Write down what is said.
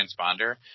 transponder